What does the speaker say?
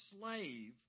slave